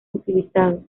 utilizado